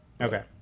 Okay